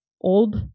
old